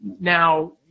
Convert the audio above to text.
now